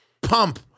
pump